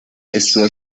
estuvo